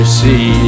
see